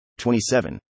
27